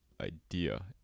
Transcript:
idea